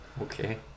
Okay